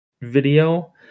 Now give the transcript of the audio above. video